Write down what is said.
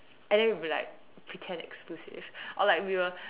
and we would be like pretend exclusive or like we will